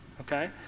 Okay